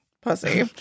pussy